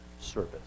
service